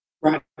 Right